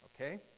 Okay